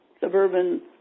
suburban